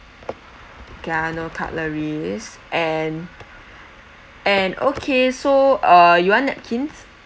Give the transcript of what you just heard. ya no cutleries and and okay so uh you want napkins